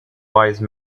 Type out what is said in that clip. wise